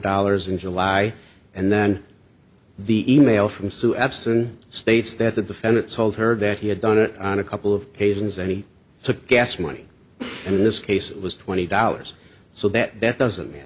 dollars in july and then the email from sue epson states that the defendant told her that he had done it on a couple of occasions and he took gas money in this case it was twenty dollars so that that doesn't m